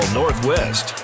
northwest